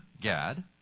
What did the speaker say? Gad